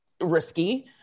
risky